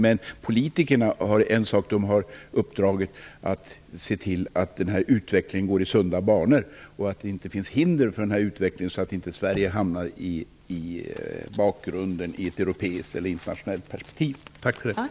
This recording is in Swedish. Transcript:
Men politikerna har uppdraget att se till att utvecklingen går i sunda banor och att det inte finns hinder för utvecklingen så att inte Sverige hamnar i bakgrunden i ett europeiskt eller internationellt perspektiv.